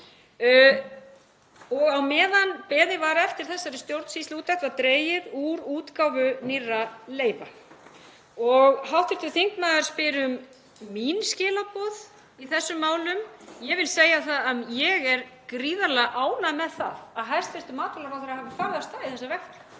Á meðan beðið var eftir þessari stjórnsýsluúttekt var dregið úr útgáfu nýrra leyfa. Hv. þingmaður spyr um mín skilaboð í þessum málum. Ég vil segja það að ég er gríðarlega ánægð með það að hæstv. matvælaráðherra hafi farið af stað í þessa vegferð